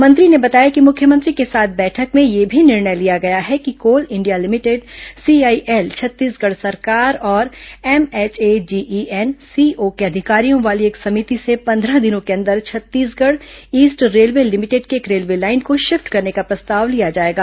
मंत्री ने बताया कि मुख्यमंत्री के साथ बैठक में यह भी निर्णय लिया गया कि Coal India Limited CIL Chhattisgarh सरकार और एमएएचएजीईएनसीओ के अधिकारियों वाली एक समिति से पंद्रह दिनों के अंदर छत्तीसगढ़ ईस्ट रेलवे लिमिटेड की एक रेलवे लाइन को शिफ्ट करने का प्रस्ताव लिया जाएगा